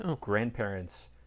grandparents